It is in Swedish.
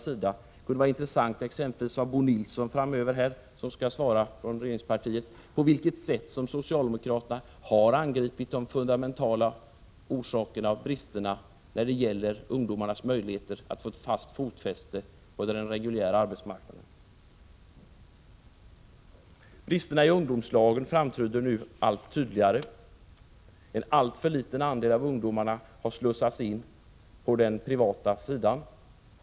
Det kunde vara intressant att exempelvis från Bo Nilsson, som skall företräda regeringspartiet, få veta på vilket sätt socialdemokraterna har angripit de fundamentala orsakerna och bristerna när det gäller ungdomarnas möjligheter att få ett fast fotfäste på den reguljära arbetsmarknaden. Bristerna i ungdomslagen framträder nu allt tydligare. En alltför liten andel av ungdomarna har slussats in på den privata sidan.